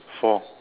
four